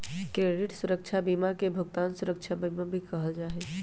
credit सुरक्षा बीमा के भुगतान सुरक्षा बीमा भी कहल जा हई